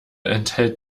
enthält